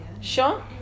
Sure